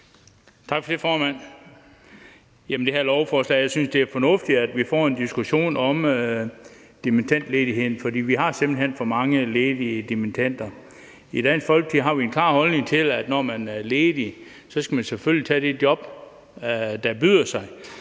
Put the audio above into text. at vi med det her beslutningsforslag får en diskussion om dimittendledigheden, for vi har simpelt hen for mange ledige dimittender. I Dansk Folkeparti har vi en klar holdning til, at når man er ledig, skal man selvfølgelig tage det job, der byder sig,